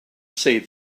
see